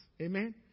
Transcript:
Amen